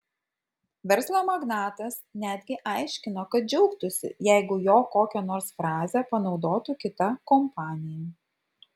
verslo magnatas netgi aiškino kad džiaugtųsi jeigu jo kokią nors frazę panaudotų kita kompanija